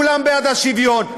כולם בעד השוויון,